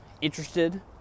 interested